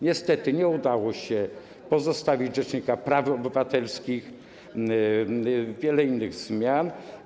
Niestety nie udało się pozostawić rzecznika praw obywatelskich, wprowadzić wielu innych zmian.